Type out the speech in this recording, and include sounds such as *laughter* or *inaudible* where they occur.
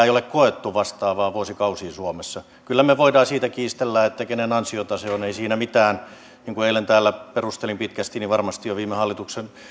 *unintelligible* ei ole koettu vuosikausiin suomessa kyllä me voimme siitä kiistellä kenen ansiota se on ei siinä mitään niin kuin eilen täällä perustelin pitkästi niin varmasti on viime hallituksen